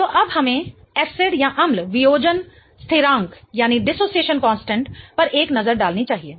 तो अब हमें एसिड अम्ल वियोजन स्थिरांक पर एक नजर डालनी चाहिए